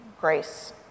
grace